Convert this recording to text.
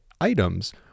items